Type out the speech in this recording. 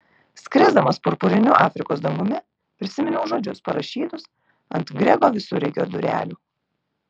skrisdamas purpuriniu afrikos dangumi prisiminiau žodžius parašytus ant grego visureigio durelių